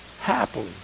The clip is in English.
Happily